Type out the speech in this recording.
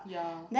ya